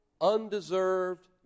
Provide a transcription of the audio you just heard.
undeserved